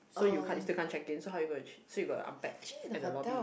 so you can't you still can't check in so how you gonna so you got to unpack at the lobby